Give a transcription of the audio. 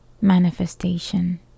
manifestation